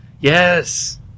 Yes